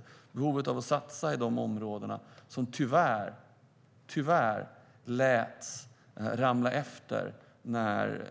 Det handlar om behovet av att satsa i de områden som tyvärr tilläts ramla efter när